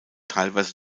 teilweise